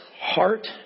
heart